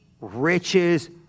riches